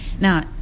Now